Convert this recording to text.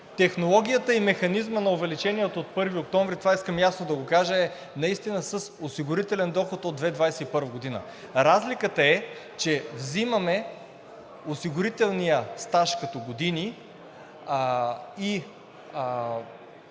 Технологията и механизмът на увеличението от 1 октомври – това искам ясно да го кажа – е с осигурителен доход от 2021 г. Разликата е, че вземаме осигурителния стаж като години и